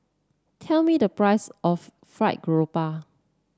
tell me the price of fried grouper